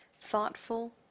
thoughtful